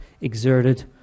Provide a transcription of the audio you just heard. exerted